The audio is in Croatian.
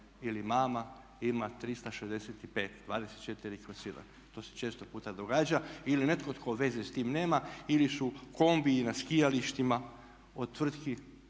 ili mama ima 365, …/Govornik se ne razumije./… to se često puta događa. Ili netko tko veze s tim nema ili su kombiji na skijalištima od tvrtki